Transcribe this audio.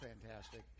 fantastic